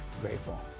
grateful